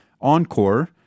encore